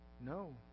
No